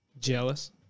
jealous